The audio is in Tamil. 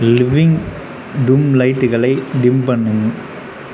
லிவிங் ரூம் லைட்டுகளை டிம் பண்ணு